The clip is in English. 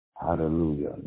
Hallelujah